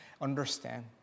understand